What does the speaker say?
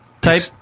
Type